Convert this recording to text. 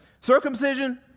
Circumcision